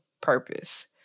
purpose